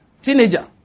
teenager